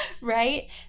Right